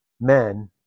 men